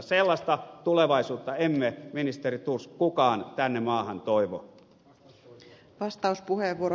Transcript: sellaista tulevaisuutta emme ministeri thors kukaan tänne maahan toivo